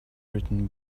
written